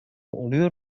oluyor